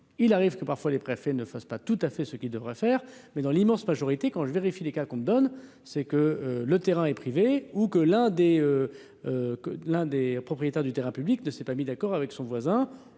il arrive que parfois les préfets ne fassent pas tout à fait, ce qui devrait faire, mais dans l'immense majorité quand je vérifie les cas qu'on me donne, c'est que le terrain est privé ou que l'un des que l'un des propriétaires du terrain public ne s'est pas mis d'accord avec son voisin